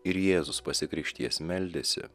ir jėzus pasikrikštijęs meldėsi